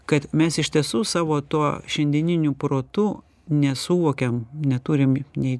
kad mes iš tiesų savo tuo šiandieniniu protu nesuvokiam neturim nei